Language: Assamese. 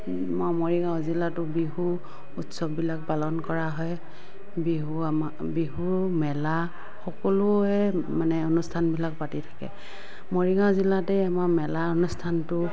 মৰিগাঁও জিলাতো বিহু উৎসৱবিলাক পালন কৰা হয় বিহু আমাৰ বিহু মেলা সকলোৱে মানে অনুষ্ঠানবিলাক পাতি থাকে মৰিগাঁও জিলাতে আমাৰ মেলা অনুষ্ঠানটো